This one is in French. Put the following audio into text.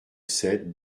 sept